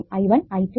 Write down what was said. I1 I2 I3